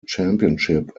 championship